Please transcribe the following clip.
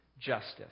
justice